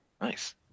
Nice